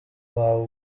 wawe